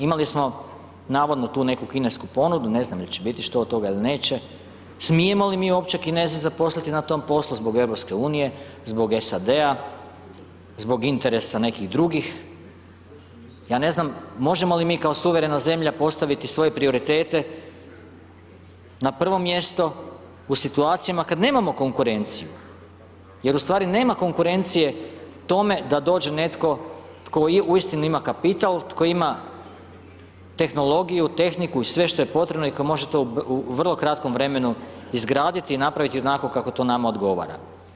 Imali smo navodno tu neku kinesku ponudu, ne znam hoće li biti što od toga ili neće, smijemo li mi uopće Kineze zaposliti na tom poslu zbog EU, zbog SAD-a, zbog interesa nekih drugih, ja ne znam možemo li mi kao suverena zemlja postaviti svoje prioritete na prvo mjesto u situacijama kada nemamo konkurenciju, jer u stvari nema konkurencije tome da dođe netko tko uistinu ima kapital, tko ima tehnologiju, tehniku i sve što je potrebno i tko to može u vrlo kratkom vremenu izgraditi i napraviti onako kako to nama odgovara.